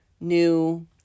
new